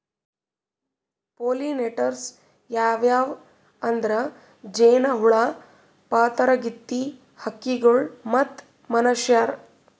pollinators ಯಾವ್ಯಾವ್ ಅಂದ್ರ ಜೇನಹುಳ, ಪಾತರಗಿತ್ತಿ, ಹಕ್ಕಿಗೊಳ್ ಮತ್ತ್ ಮನಶ್ಯಾರ್